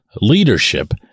leadership